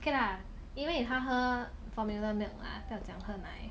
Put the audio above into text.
okay lah even if 他喝 formula milk lah 不要讲喝奶